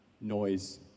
noise